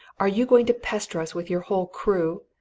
are you going to pester us with your whole crew?